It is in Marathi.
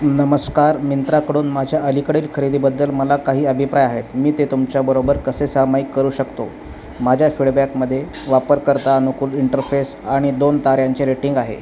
नमस्कार मिंत्राकडून माझ्या अलीकडील खरेदीबद्दल मला काही अभिप्राय आहेत मी ते तुमच्याबरोबर कसे सामायिक करू शकतो माझ्या फिडबॅकमध्ये वापरकर्ता अनुकूल इंटरफेस आणि दोन ताऱ्यांचे रेटिंग आहे